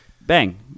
Bang